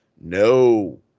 No